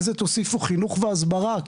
על זה תוסיפו חינוך והסברה,